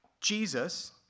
Jesus